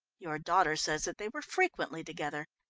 your daughter says that they were frequently together.